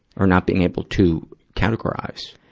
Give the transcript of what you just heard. or not being able to categorize?